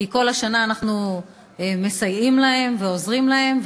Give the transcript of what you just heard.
כי כל השנה אנחנו מסייעים להם ועוזרים להם,